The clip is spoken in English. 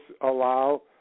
allow